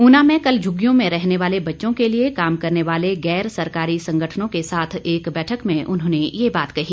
ऊना में कल झुग्गियों में रहने वाले बच्चों के लिए काम करने वाले गैर सरकारी संगठनों के साथ एक बैठक में उन्होंने यह बात कही